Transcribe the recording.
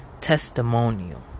testimonial